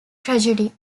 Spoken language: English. tragedy